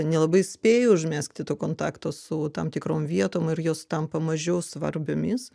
nelabai spėja užmesti to kontakto su tam tikrom vietom ir jos tampa mažiau svarbiomis